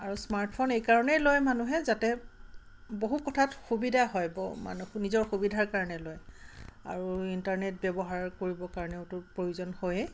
আৰু smart phone এই কাৰণেই লয় মানুহে যাতে বহু কথাত সুবিধা হয় ব মানুহ নিজৰ সুবিধাৰ কাৰণে লয় আৰু ইণ্টাৰনেট ব্যৱহাৰ কৰিবৰ কাৰণেওতো প্ৰয়োজন হয়েই